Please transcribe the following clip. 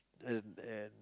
and and